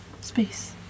space